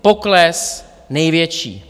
Pokles největší.